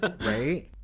right